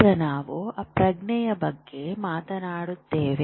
ಈಗ ನಾವು ಪ್ರಜ್ಞೆಯ ಬಗ್ಗೆ ಮಾತನಾಡುತ್ತೇವೆ